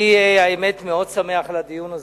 אני, האמת, מאוד שמח על הדיון הזה.